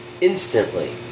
instantly